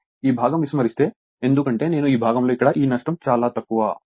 ఈ భాగం విస్మరిస్తే ఎందుకంటే నేను ఈ భాగంలో ఇక్కడ ఈ నష్టం చాలా తక్కువ